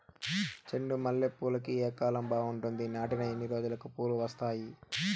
చెండు మల్లె పూలుకి ఏ కాలం బావుంటుంది? నాటిన ఎన్ని రోజులకు పూలు వస్తాయి?